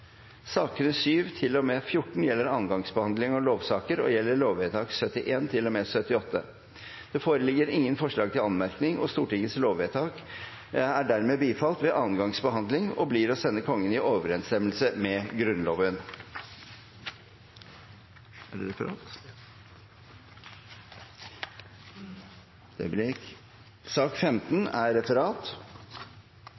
Sakene nr. 7–14 gjelder andre gangs behandling av lovsaker og gjelder lovvedtakene fra og med 71 til og med 78. Det foreligger ingen forslag til anmerkning. Stortingets lovvedtak er dermed bifalt ved andre gangs behandling og blir å sende Kongen i overensstemmelse med Grunnloven. Dermed er